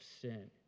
sin